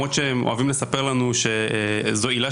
למרות שאוהבים לספר לנו שזאת עילה